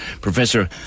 Professor